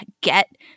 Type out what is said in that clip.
Get